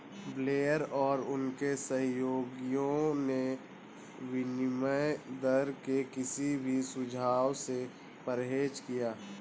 Blair और उनके सहयोगियों ने विनिमय दर के किसी भी सुझाव से परहेज किया